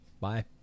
bye